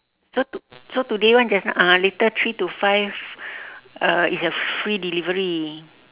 so to~ so today one just now uh later three to five uh it's a free delivery